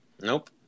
Nope